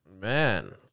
Man